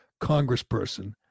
congressperson